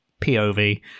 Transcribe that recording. POV